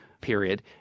period